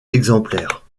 exemplaires